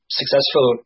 successful